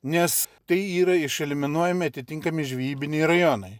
nes tai yra išeliminuojami atitinkami žvejybiniai rajonai